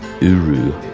Uru